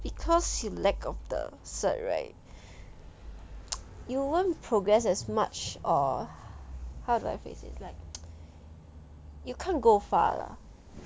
because you lack of the cert right you won't progress as much or how do I phrase it like you can't go far lah